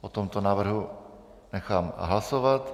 O tomto návrhu nechám hlasovat.